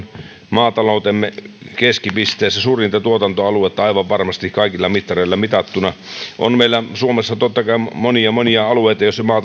maataloutemme keskipisteessä suurinta tuotantoaluetta aivan varmasti kaikilla mittareilla mitattuna on meillä suomessa totta kai monia monia alueita joilla